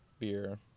Beer